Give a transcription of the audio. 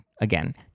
again